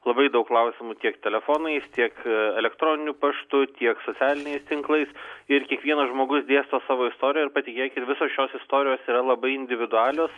labai daug klausimų tiek telefonais tiek elektroniniu paštu tiek socialiniais tinklais ir kiekvienas žmogus dėsto savo istoriją ir patikėkit ir visos šios istorijos yra labai individualios